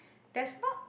that's not